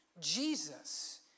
Jesus